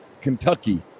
Kentucky